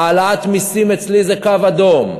העלאת מסים אצלי זה קו אדום,